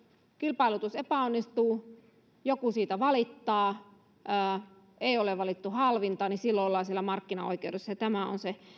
kilpailutus epäonnistuu ja joku siitä valittaa eikä ole valittu halvinta niin silloin ollaan siellä markkinaoikeudessa ja tämä on se